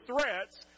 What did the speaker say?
threats